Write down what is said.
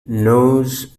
knows